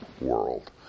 world